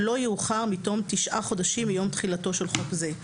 לא יאוחר מתום תשעה חודשים מיום תחילתו של חוק זה.